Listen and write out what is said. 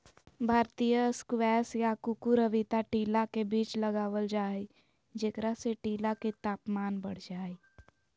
भारतीय स्क्वैश या कुकुरविता टीला के बीच लगावल जा हई, जेकरा से टीला के तापमान बढ़ जा हई